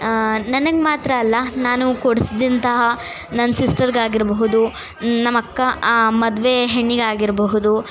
ನನಗೆ ಮಾತ್ರ ಅಲ್ಲ ನಾನು ಕೊಡಿಸ್ದಂತಹ ನನ್ನ ಸಿಸ್ಟರ್ಗಾಗಿರಬಹುದು ನಮ್ಮ ಅಕ್ಕ ಮದುವೆ ಹೆಣ್ಣಿಗಾಗಿರಬಹುದು